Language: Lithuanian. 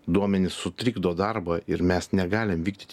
duomenys sutrikdo darbą ir mes negalim vykdyti